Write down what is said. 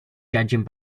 judging